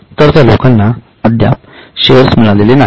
तर त्या लोकांना अद्याप शेअर्स मिळालेले नाहीत